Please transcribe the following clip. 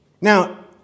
now